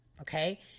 okay